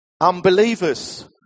unbelievers